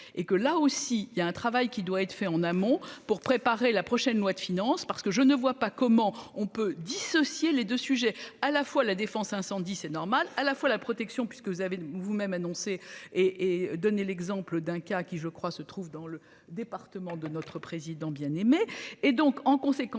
et que là aussi il y a un travail qui doit être fait en amont pour préparer la prochaine loi de finances parce que je ne vois pas comment on peut dissocier les 2 sujets, à la fois la défense incendie c'est normal à la fois la protection puisque vous avez vous-même annoncé et et donner l'exemple d'un cas qui, je crois, se trouve dans le département de notre président bien-aimé et donc en conséquence